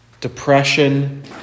depression